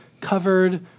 covered